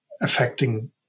affecting